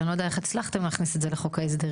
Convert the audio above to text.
אני לא יודע איך הצלחתם להכניס את זה לחוק ההסדרים.